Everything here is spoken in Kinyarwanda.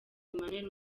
emmanuel